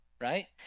right